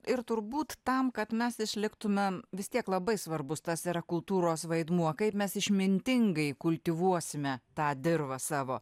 ir turbūt tam kad mes išliktumėm vis tiek labai svarbus tas yra kultūros vaidmuo kaip mes išmintingai kultivuosime tą dirvą savo